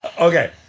Okay